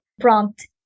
prompt